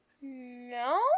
No